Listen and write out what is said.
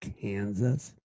Kansas